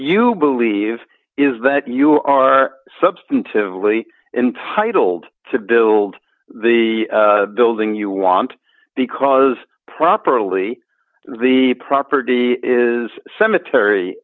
you believe is that you are substantively entitled to build the building you want because properly the property is cemetery